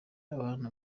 bana